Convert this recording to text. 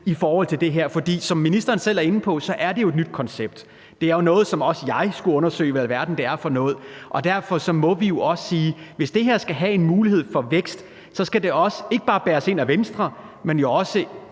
holdning til det her. For som ministeren selv er inde på, er det et nyt koncept. Det er jo noget, som også jeg skulle undersøge, altså hvad i alverden det er for noget. Derfor må vi også sige, at hvis det her skal have en mulighed for vækst, skal det ikke bare bæres ind af Venstre, men også